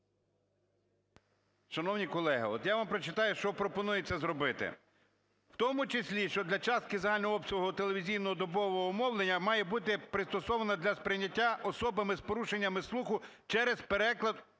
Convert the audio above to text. Шановні колеги, от я вам прочитаю, що пропонується зробити: в тому числі щодо частки загального обсягу телевізійного добового мовлення має бути пристосована для сприйняття особами з порушеннями слуху через переклад